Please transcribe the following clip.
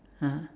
ah